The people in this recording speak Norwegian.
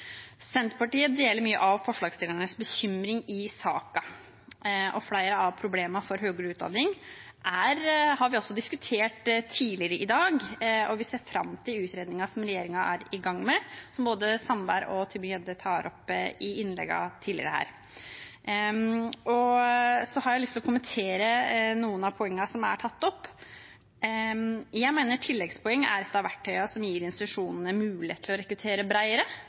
Senterpartiet deler mye av forslagsstillernes bekymring i saken. Flere av problemene for høyere utdanning har vi også diskutert tidligere i dag, og vi ser fram til utredningen som regjeringen er i gang med, og som både representantene Sandberg og Mathilde Tybring-Gjedde har tatt opp i innleggene sine tidligere her. Jeg har lyst til å kommentere noen av poengene som er tatt opp. Jeg mener tilleggspoeng er et av verktøyene som gir institusjonene mulighet til å rekruttere